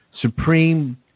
supreme